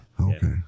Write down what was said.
Okay